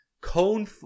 Cone